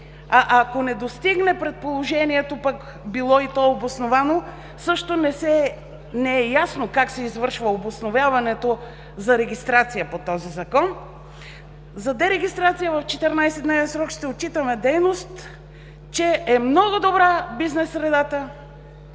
а ако не достигне предположението пък, било и то обосновано, също не е ясно как ще извършва обосноваването за регистрация по този Закон? За дерегистрация в 14 дневен срок ще отчитаме дейност, че е много добра бизнес средата.